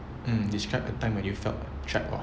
mm describe a time when you felt trap or